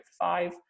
five